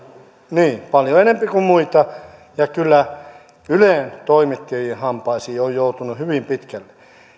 niin paljon enempi kuin muita kyllä ylen toimittajien hampaisiin olen joutunut hyvin pitkälle